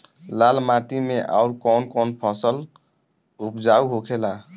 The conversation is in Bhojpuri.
लाल माटी मे आउर कौन कौन फसल उपजाऊ होखे ला?